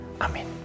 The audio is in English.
Amen